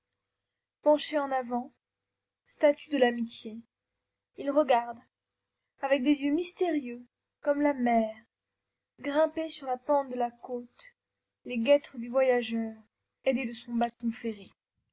penché en avant statue de l'amitié il regarde avec des yeux mystérieux comme la mer grimper sur la pente de la côte les guêtres du voyageur aidé de son bâton ferré